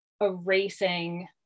erasing